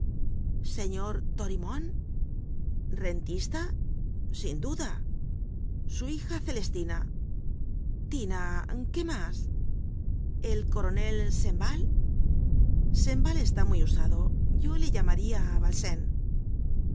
señor dorimon rentista sin duda su hija celestina tina qué mas el coronel sainval sainval está muy usado yo le llamaria